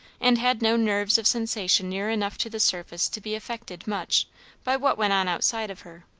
and had no nerves of sensation near enough to the surface to be affected much by what went on outside of her.